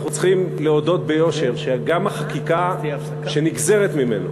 אנחנו צריכים להודות ביושר שגם החקיקה שנגזרת ממנו